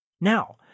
Now